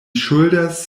ŝuldas